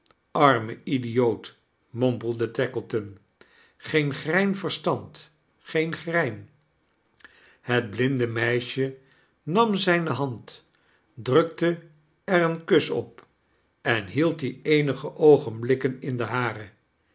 arme idioot mompelde tackleton geen grein verstand geem grein het blinde meisje nam zijne hand drukte er een kus op en meld die eenige oogenblikken in de hare